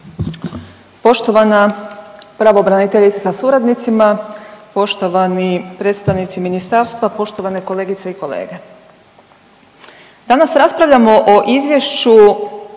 Poštovana pravobraniteljice sa suradnicima, poštovani predstavnici ministarstva, poštovane kolegice i kolege. Danas raspravljamo o Izvješću